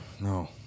No